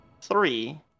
three